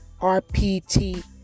RPT